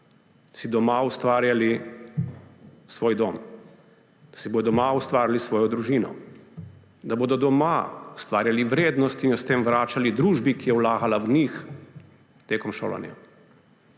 doma ustvarjali svoj dom, da si bodo doma ustvarili svojo družino, da bodo doma ustvarjali vrednost in jo s tem vračali družbi, ki je vlagala v njih tekom šolanja.